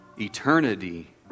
Eternity